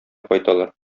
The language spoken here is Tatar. кайталар